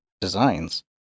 designs